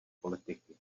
politiky